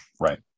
Right